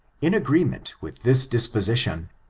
in agreement with this disposition,